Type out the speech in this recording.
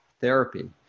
therapy